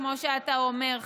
כמו שאתה אומר,